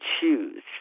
choose